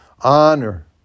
Honor